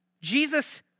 Jesus